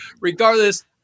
Regardless